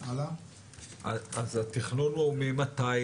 אז התכנון הוא ממתי